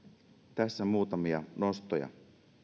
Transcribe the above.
tässä muutamia nostoja